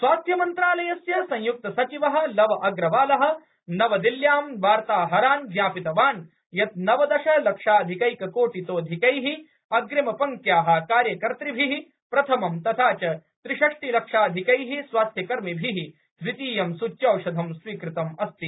स्वास्थ्यमंत्रालयस्य संय्क्तसचिवः लव अग्रवालः नवदिल्ल्यां वार्ताहरान् ज्ञापितवान् यत् नवदशलक्षाधिकैककोटितोधिकैः अग्रिमपङ्क्त्याः कार्यकर्तृभिः प्रथमं तथा च त्रिषष्टिलक्षाधिकैः स्वास्थ्यकर्मिभिः द्वितीयं सूच्यौषधं स्वीकृतम् अस्ति